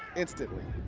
instantly.